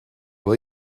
will